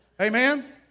Amen